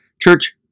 church